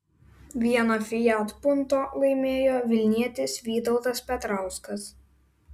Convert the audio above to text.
vieną fiat punto laimėjo vilnietis vytautas petrauskas